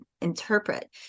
interpret